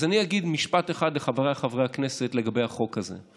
אז אני אגיד משפט אחד לחבריי חברי הכנסת לגבי החוק הזה.